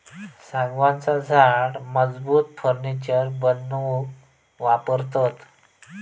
सागवानाचा झाड मजबूत फर्नीचर बनवूक वापरतत